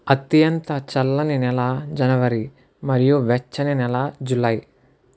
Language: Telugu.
అత్యంత చల్లని నెల జనవరి మరియు వెచ్చని నెల జులై